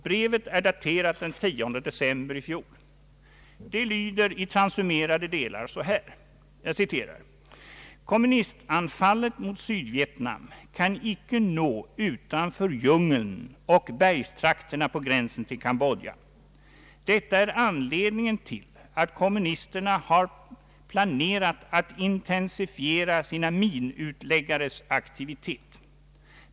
Brevet är daterat den 10 december i fjol. Det lyder i transumerade delar så här: ”Kommunistanfallet mot Sydvietnam kan icke nå utanför djungeln och bergstrakterna på gränsen till Cambodja. Detta är anledningen till att kommunisterna har planerat att intensifiera sina minutläggares aktivitet.